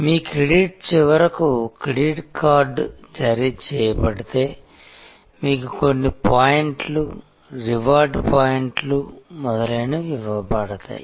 మీ credit చివరకు credit card జారీ చేయబడితే మీకు కొన్ని పాయింట్లు రివార్డ్ పాయింట్లు మొదలైనవి ఇవ్వబడతాయి